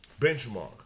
benchmark